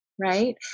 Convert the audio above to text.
right